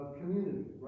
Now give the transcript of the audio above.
community